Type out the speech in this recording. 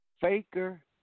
Faker